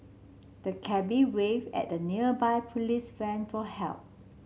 the cabby wave at a nearby police van for help